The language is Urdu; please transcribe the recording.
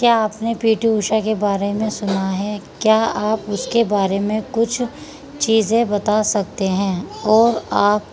کیا اپنے پی ٹی اوشا کے بارے میں سنا ہے کیا آپ اس کے بارے میں کچھ چیزیں بتا سکتے ہیں اور آپ